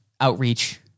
outreach